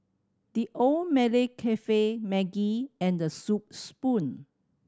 The Old Malaya Cafe Maggi and The Soup Spoon